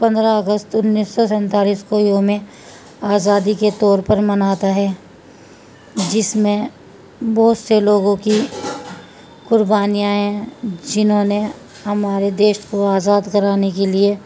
پندرہ اگست انیس سو سینتالیس کو یوم آزادی کے طور پر مناتا ہے جس میں بہت سے لوگوں کی قربانیاں ہیں جنہوں نے ہمارے دیش کو آزاد کرانے کے لیے